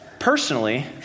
personally